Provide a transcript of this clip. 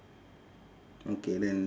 okay then